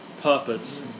puppets